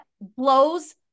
blows